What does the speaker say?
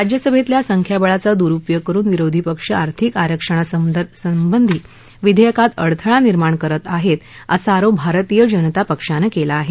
राज्यसभेतल्या संख्याबळाचा दुरुपयोग करुन विरोधी पक्ष आर्थिक आरक्षणासंबंधी विधेयकात अडथळा निर्माण करत आहेत असा आरोप भारतीय जनता पक्षानं केला आहे